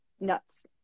nuts